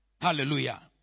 Hallelujah